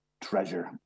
treasure